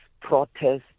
protests